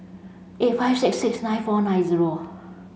eight five six six nine four nine zero